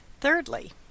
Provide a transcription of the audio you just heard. Thirdly